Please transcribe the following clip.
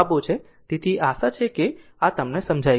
તેથી આશા છે આશા આને સમજી રહી છે